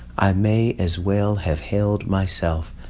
i may as well have held myself.